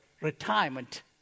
retirement